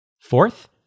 Fourth